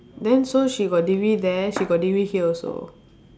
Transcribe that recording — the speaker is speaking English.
then so she got degree there she got degree here also